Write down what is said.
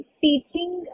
teaching